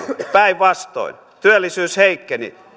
päinvastoin työllisyys heikkeni